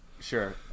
Sure